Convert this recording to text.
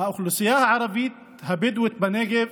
האוכלוסייה הערבית הבדואית בנגב